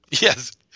Yes